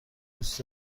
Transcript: دوست